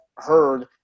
heard